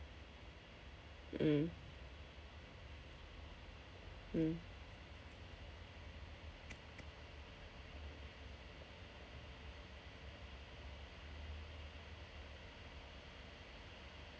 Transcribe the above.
mm mm